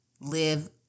live